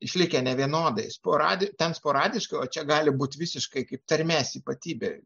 išlikę nevienodai sporadiniai ten sporadiškai o čia gali būti visiškai kaip tarmės ypatybė